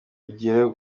ugere